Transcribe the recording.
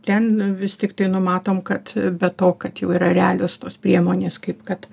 ten vis tiktai numatom kad be to kad jau yra realios tos priemonės kaip kad